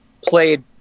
played